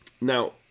Now